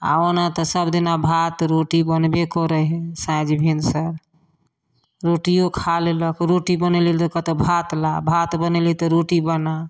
आ ओना तऽ सब दिना भात रोटी बनबे करै है साँझ भिनसर रोटियो खा लेलक रोटी बनेलहुॅं तऽ कहलक भात ला भात बनेलही तऽ रोटी बना